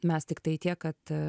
mes tiktai tiek kad